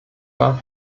war